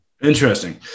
Interesting